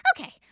Okay